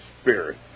spirit